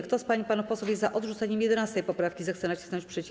Kto z pań i panów posłów jest za odrzuceniem 11. poprawki, zechce nacisnąć przycisk.